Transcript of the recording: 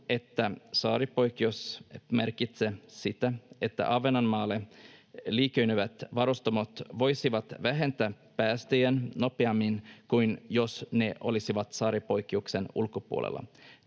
että saaripoikkeus merkitsee sitä, että Ahvenanmaalle liikennöivät varustamot voisivat vähentää päästöjään nopeammin kuin jos ne olisivat saaripoikkeuksen ulkopuolella.